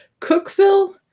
Cookville